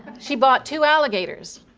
she bought two alligators,